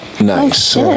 Nice